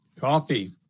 Coffee